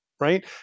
right